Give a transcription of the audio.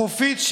חופית,